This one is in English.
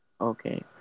Okay